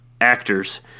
actors